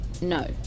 No